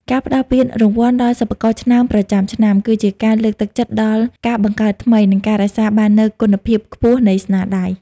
ការផ្ដល់ពានរង្វាន់ដល់សិប្បករឆ្នើមប្រចាំឆ្នាំ គឺជាការលើកទឹកចិត្តដល់ការបង្កើតថ្មី និងការរក្សាបាននូវគុណភាពខ្ពស់នៃស្នាដៃ។